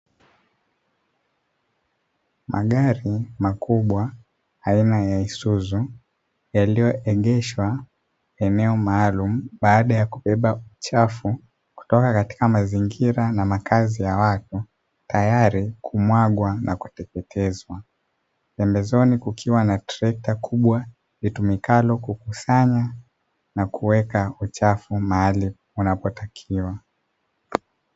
Magari makubwa ya isuzu yaliyoegeshwa eneo maalumu baada ya kubeba uchafu kutoka katika mazingira na makazi ya watu tayari kumwagwa na pembezoni kukiwa na trekta kubwa litumikalo kukusanya na kuweka uchafu maalum unapotakiwa.